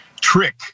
trick